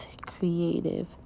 creative